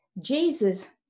Jesus